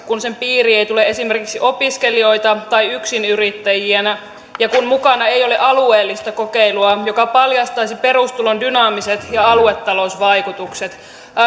kun sen piiriin ei tule esimerkiksi opiskelijoita tai yksinyrittäjiä ja kun mukana ei ole alueellista kokeilua joka paljastaisi perustulon dynaamiset ja aluetalousvaikutukset